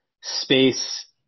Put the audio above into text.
space